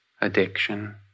addiction